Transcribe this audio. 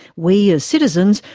we, as citizens,